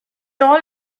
all